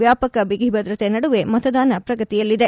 ವ್ಯಾಪಕ ಬಿಗಿ ಭದ್ರತೆ ನಡುವೆ ಮತದಾನ ಪ್ರಗತಿಯಲ್ಲಿದೆ